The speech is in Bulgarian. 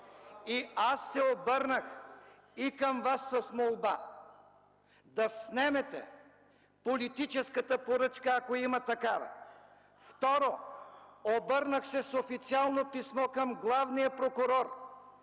и аз се обърнах към Вас с молба да снемете политическата поръчка, ако има такава. Второ, обърнах се с официално писмо към главния прокурор